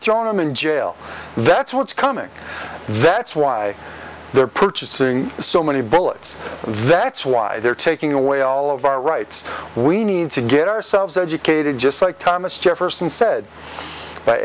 throwing them in jail that's what's coming that's why they're purchasing so many bullets that's why they're taking away all of our rights we need to get ourselves educated just like thomas jefferson said b